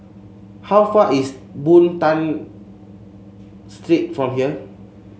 how far is Boon Tat Street from here